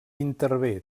intervé